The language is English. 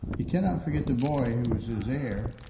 he cannot forget the boy who was his heir.